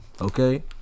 Okay